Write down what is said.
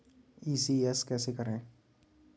ECS कैसे करें?